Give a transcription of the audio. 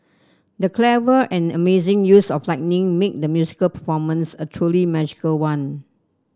the clever and amazing use of lighting made the musical performance a truly magical one